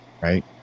right